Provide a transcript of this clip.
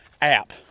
app